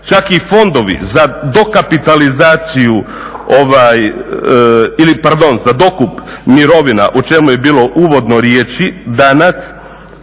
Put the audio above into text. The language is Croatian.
ili pardon za dokup mirovina o čemu je bilo uvodno riječi danas